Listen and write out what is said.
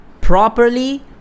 properly